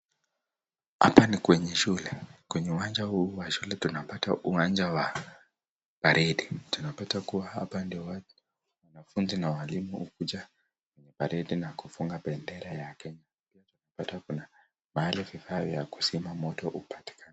Hapa ni kwenye shule kwenye uwanja huu wa shule tunapata uwanja wa paredi. Tunapata kuwa hapa ndio wanafunzi na walimu huja paredi na kufunga bendera yake, unapata kuna mahali vifaa vya kuzima moto hupatikana.